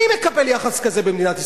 מי יקבל יחס כזה במדינת ישראל?